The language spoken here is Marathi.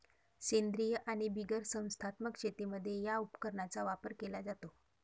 सेंद्रीय आणि बिगर संस्थात्मक शेतीमध्ये या उपकरणाचा वापर केला जातो